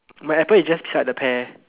my apple is just beside the pear